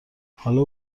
حالا